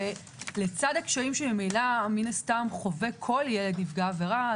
לצד הקשיים שחווה כל ילד נפגע עבירה,